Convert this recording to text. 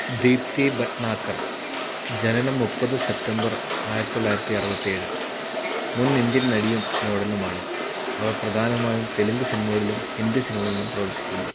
ദീപ്തി ഭട്നാഗർ ജനനം മുപ്പത് സെപ്റ്റംബർ ആയിരത്തി തൊള്ളായിരത്തി അറുപത്തി ഏഴ് മുൻ ഇന്ത്യൻ നടിയും മോഡലുമാണ് അവർ പ്രധാനമായും തെലുങ്ക് സിനിമകളിലും ഹിന്ദി സിനിമകളിലും പ്രവർത്തിച്ചിട്ടുണ്ട്